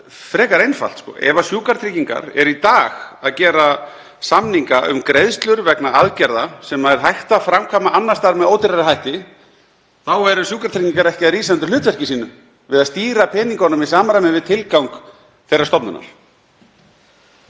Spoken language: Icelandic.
frekar einfalt. Ef Sjúkratryggingar eru í dag að gera samninga um greiðslur vegna aðgerða sem er hægt að framkvæma annars staðar með ódýrari hætti þá eru Sjúkratryggingar ekki að rísa undir hlutverki sínu við að stýra peningunum í samræmi við tilgang þeirrar stofnunar.